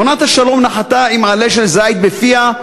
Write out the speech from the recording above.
יונת השלום נחתה עם עלה של זית בפיה,